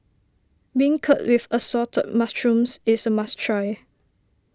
Beancurd with Assorted Mushrooms is a must try